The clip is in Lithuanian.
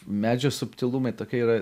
medžio subtilumai tokia yra